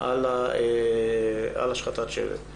על השחתת שלט.